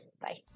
Bye